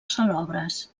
salobres